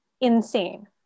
insane